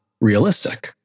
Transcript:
realistic